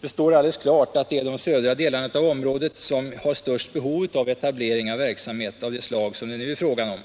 Det står alldeles klart att det är de södra delarna av området som har störst behov av etablering av sådan verksamhet som det nu är fråga om.